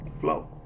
flow